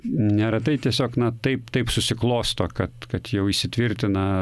neretai tiesiog na taip taip susiklosto kad kad jau įsitvirtina